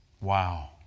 Wow